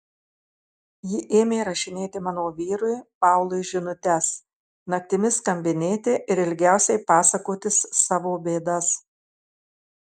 ji ėmė rašinėti mano vyrui paului žinutes naktimis skambinėti ir ilgiausiai pasakotis savo bėdas